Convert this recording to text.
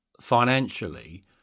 financially